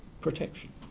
protection